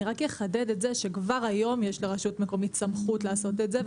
אני רק אחדד את זה שכבר היום יש לרשות מקומית סמכות לעשות את זה,